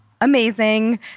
amazing